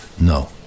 No